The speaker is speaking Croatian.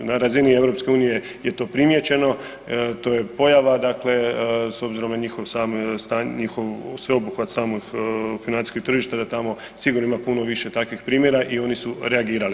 Na razini EU-a je to primijećeno, to je pojava dakle s obzirom na njihov sveobuhvat samog financijskog tržišta, da tamo sigurno ima puno više takvih primjera i oni su reagirali.